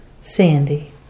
Sandy